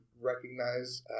recognize